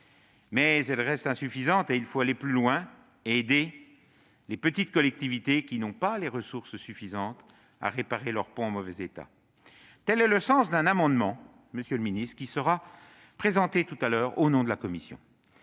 elle reste insuffisante ; il faut aller plus loin et aider les petites collectivités qui n'ont pas les ressources suffisantes pour réparer leurs ponts en mauvais état. Tel est le sens d'un amendement qui sera présenté tout à l'heure au nom de la commission.